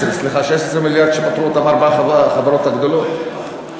16 המיליארד שפטרו מהם את ארבע החברות הגדולות?